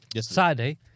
Saturday